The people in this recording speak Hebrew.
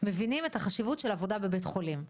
מבינים את החשיבות של עבודה בבית חולים.